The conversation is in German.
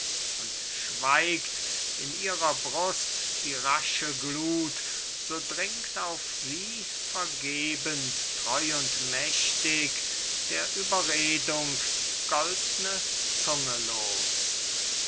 und schweigt in ihrer brust die rasche gluth so dringt auf sie vergebens treu und mächtig der überredung goldne zunge los